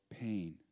pain